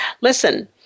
Listen